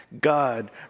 God